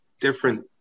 different